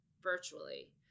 virtually